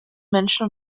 menschen